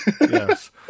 Yes